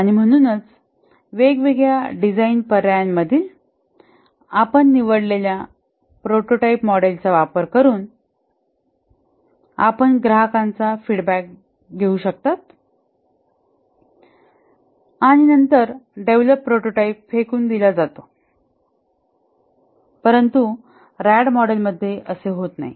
आणि म्हणूनच वेगवेगळ्या डिझाईन पर्यायांमधील आपण निवडलेल्या प्रोटोटाइप मॉडेलचा वापर करून आपण ग्राहकांचा फीडबॅक काढू शकता आणि नंतर डेव्हलप प्रोटोटाइप फेकून दिला जातो परंतु रॅड मॉडेलमध्ये असे होत नाही